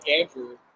Andrew